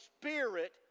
Spirit